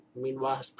meanwhile